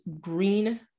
green